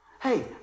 hey